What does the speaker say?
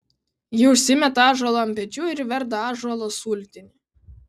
ji užsimeta ąžuolą ant pečių ir verda ąžuolo sultinį